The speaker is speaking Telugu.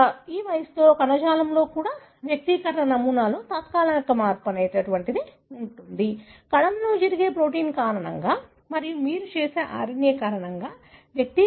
కాబట్టి వయస్సుతో కణజాలంలో కూడా వ్యక్తీకరణ నమూనాలో తాత్కాలిక మార్పు ఉంటుంది సరియైనదా